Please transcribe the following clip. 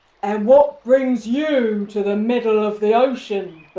and what brings you to the middle of the ocean,